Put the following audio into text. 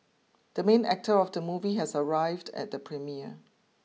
the main actor of the movie has arrived at the premiere